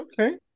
okay